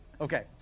Okay